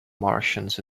martians